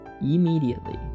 Immediately